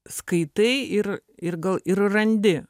skaitai ir ir gal ir randi